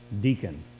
deacon